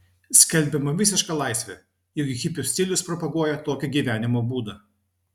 skelbiama visiška laisvė juk hipių stilius propaguoja tokį gyvenimo būdą